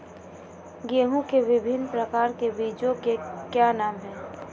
गेहूँ के विभिन्न प्रकार के बीजों के क्या नाम हैं?